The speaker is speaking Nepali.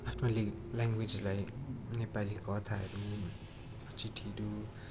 आफ्नो ल्याङ्ग्वेजलाई नेपाली कथाहरू चिठीहरू